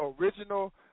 Original